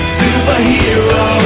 superhero